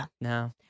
No